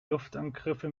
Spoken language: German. luftangriffe